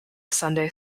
sunday